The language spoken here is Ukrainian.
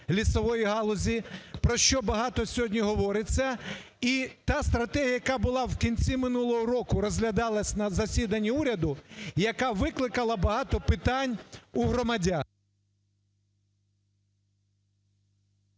про що багато сьогодні говориться? І та стратегія, яка була в кінці минулого року, розглядалась на засіданні уряду, яка викликала багато питань у громадян…